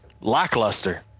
lackluster